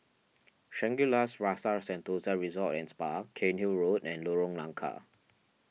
Shangri La's Rasa Sentosa Resort and Spa Cairnhill Road and Lorong Nangka